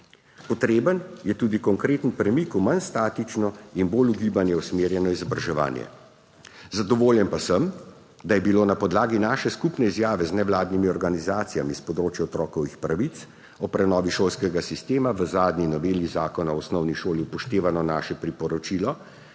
Potreben je tudi konkreten premik v manj statično in bolj v gibanje usmerjeno izobraževanje. Zadovoljen pa sem, da je bilo na podlagi naše skupne izjave z nevladnimi organizacijami s področja otrokovih pravic o prenovi šolskega sistema v zadnji noveli Zakona o osnovni šoli upoštevano naše priporočilo,